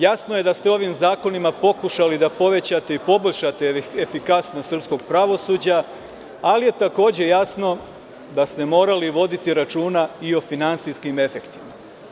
Jasno je da ste ovim zakonima pokušali da povećate i poboljšate efikasnost srpskog pravosuđa, ali je takođe jasno da ste morali voditi računa i o finansijskim efektima.